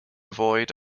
avoid